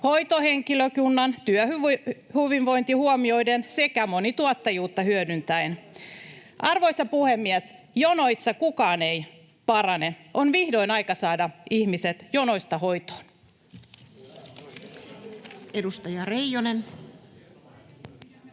hoitohenkilökunnan työhyvinvointi huomioiden sekä monituottajuutta hyödyntäen. Arvoisa puhemies! Jonoissa kukaan ei parane. On vihdoin aika saada ihmiset jonoista hoitoon. [Speech